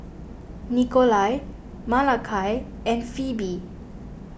Nikolai Malakai and Pheobe